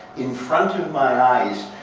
in front my eyes,